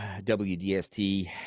WDST